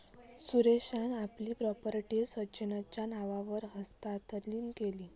सुरेशान आपली प्रॉपर्टी सचिनच्या नावावर हस्तांतरीत केल्यान